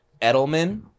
Edelman